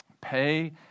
Pay